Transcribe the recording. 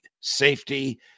safety